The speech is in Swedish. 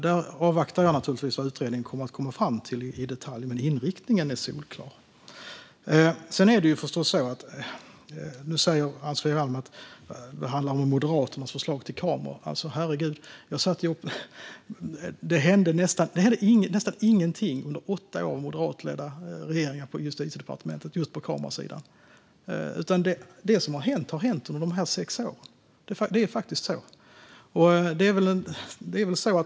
Där avvaktar jag naturligtvis vad utredningen kommer att komma fram till i detalj. Men inriktningen är solklar. Nu säger Ann-Sofie Alm att det handlar om Moderaternas förslag till kameraövervakning. Herregud, det hände nästan ingenting under åtta år med moderatledda regeringar på Justitiedepartementet just på kamerasidan. Det som har hänt har hänt under dessa sex år. Det är faktiskt så.